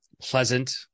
pleasant